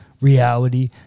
reality